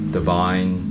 divine